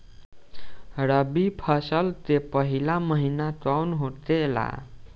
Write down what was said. रबी फसल के पहिला महिना कौन होखे ला?